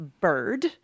bird